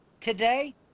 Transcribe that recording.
today